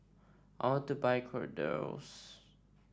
I want to buy Kordel's